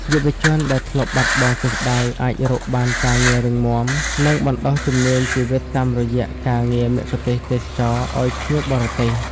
យុវជនដែលធ្លាប់បាត់បង់ទិសដៅ អាចរកបានការងាររឹងមាំ និងបណ្តុះជំនាញជីវិតតាមរយៈការងារមគ្គុទេសក៍ទេសចរណ៍អោយភ្ញៀវបរទេស។